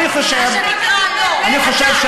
אתה נאור.